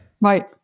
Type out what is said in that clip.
Right